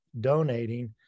donating